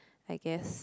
I guess